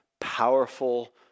powerful